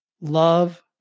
love